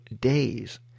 days